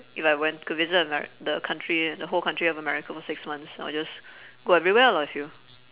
if I went could visit amer~ the country the whole county of america for six months I'll just go everywhere lah with you